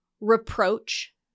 reproach